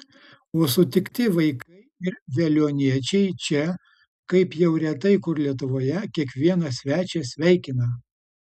o sutikti vaikai ir veliuoniečiai čia kaip jau retai kur lietuvoje kiekvieną svečią sveikina